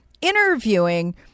interviewing